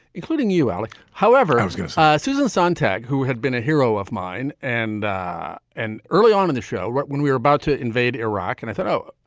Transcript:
including you, alec. however, i was going to say susan sontag, who had been a hero of mine, and and early on in the show when we were about to invade iraq, and i thought, oh,